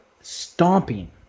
stomping